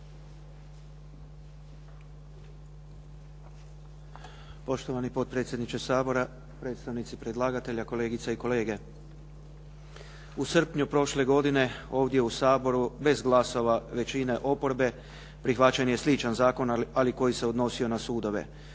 Poštovani potpredsjedniče Sabora, predstavnici predlagatelja, kolegice i kolege. U srpnju prošle godine ovdje u Saboru bez glasova većine oporbe prihvaćen je sličan zakon, ali koji se odnosio na sudove.